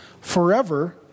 forever